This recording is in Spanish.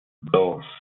dos